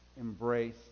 embrace